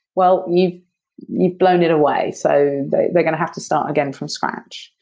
well, you'd you'd blown it way. so they're going to have to start again from scratch.